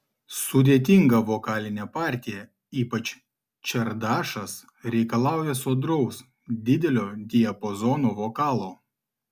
sudėtinga vokalinė partija ypač čardašas reikalauja sodraus didelio diapazono vokalo